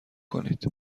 کنید